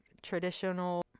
traditional